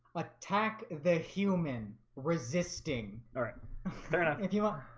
attack the human resisting all right. they're not if you want